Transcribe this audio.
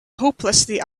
hopelessly